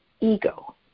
ego